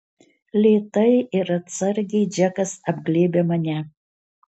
lėtai ir atsargiai džekas apglėbia mane